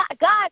God